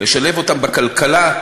לשלב אותם בכלכלה,